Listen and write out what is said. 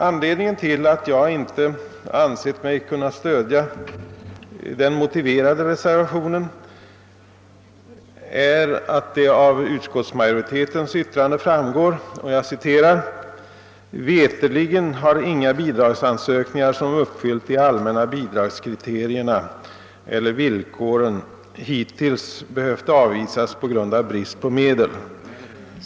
Anledningen till att jag inte ansett mig kunna stödja den motiverade reservationen är att det i utskottsmajoritetens yttrande heter: »Veterligen har inga bidragsansökningar som uppfyllt de allmänna bidragskriterierna eller villkoren hittills behövt avvisas på grund av brist på medel.